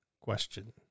question